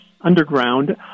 underground